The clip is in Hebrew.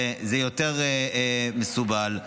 זה יותר מסורבל ומסובך,